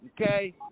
Okay